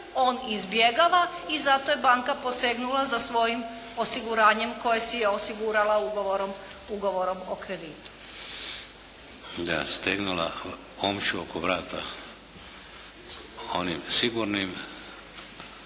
On izbjegava i zato je banka posegnula za svojim osiguranjem koje si je osigurala ugovorom o kreditu. **Šeks, Vladimir (HDZ)** Da, stegnula omču oko vrata onim sigurnim